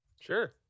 Sure